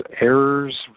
errors